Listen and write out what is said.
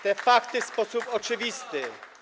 Te fakty w sposób oczywisty.